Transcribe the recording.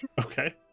Okay